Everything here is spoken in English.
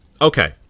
Okay